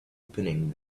opening